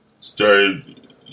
started